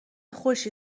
خوشی